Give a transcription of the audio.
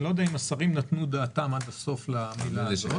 אני לא יודע אם השרים נתנו דעתם עד הסוף לדבר הזה.